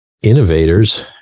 innovators